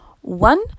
One